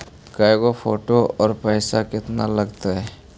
के गो फोटो औ पैसा केतना लगतै?